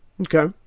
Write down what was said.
Okay